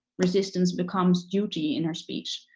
resistance becomes duty, in her speech.